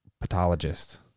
pathologist